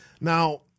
Now